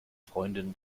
freundin